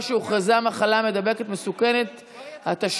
שהוכרזה מחלה מידבקת מסוכנת (תיקוני חקיקה),